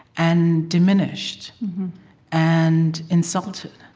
and diminished and insulted